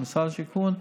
של משרד השיכון,